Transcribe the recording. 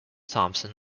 thompson